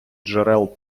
джерел